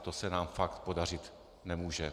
To se nám fakt podařit nemůže.